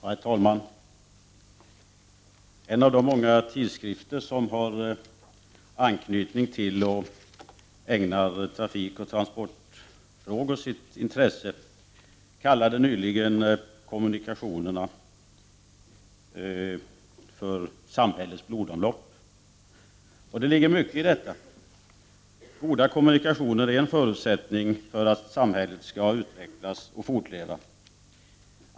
Herr talman! En av de många tidskrifter som har anknytning till och ägnar trafikoch transportfrågorna sitt intresse kallade nyligen kommunikationerna för samhällets blodomlopp. Och det ligger mycket i detta. Goda kommunikationer är en förutsättning för att samhället skall utvecklas och fortleva.